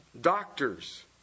doctors